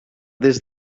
des